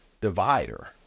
divider